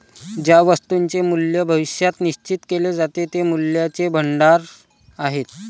ज्या वस्तूंचे मूल्य भविष्यात निश्चित केले जाते ते मूल्याचे भांडार आहेत